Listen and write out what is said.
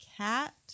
Cat